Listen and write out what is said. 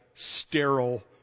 sterile